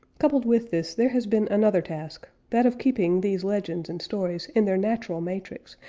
coupled with this there has been another task that of keeping these legends and stories in their natural matrix,